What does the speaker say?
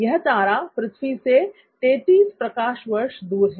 यह तारा पृथ्वी से 33 प्रकाश वर्ष दूर है